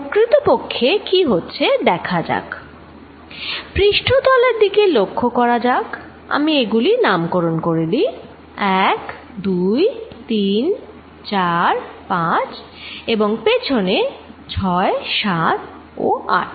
প্রকৃতপক্ষে কি হচ্ছে দেখা যাক পৃষ্ঠতলের দিকে লক্ষ্য করা যাক আমি এগুলির নামকরণ করে দিই 1 2 3 4 5 এবং পেছনে 6 7 ও 8